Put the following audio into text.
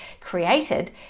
created